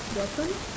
your turn